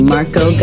Marco